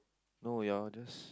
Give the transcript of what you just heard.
no your that's